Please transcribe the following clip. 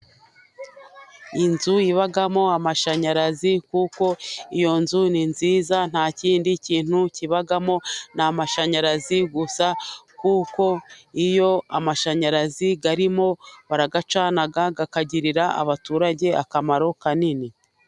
Inzu ibamo amashanyarazi, kuko iyo nzu ni nziza nta kindi kintu kibamo. Ni amashanyarazi gusa kuko iyo amashanyarazi arimo, barayacana akagirira abaturage akamaro kanini.